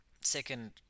Second